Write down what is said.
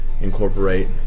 incorporate